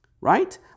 right